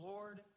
Lord